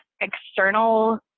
external